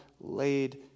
laid